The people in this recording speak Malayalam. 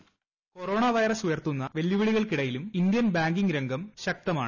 വോയിസ് കൊറോണ വൈറസ് ഉയർത്തുന്ന വെല്ലുപ്പിളികൾക്കിടയിലും ഇന്ത്യൻ ബാങ്കിംഗ് രംഗം ശക്തമാണ്